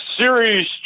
Series